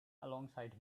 alongside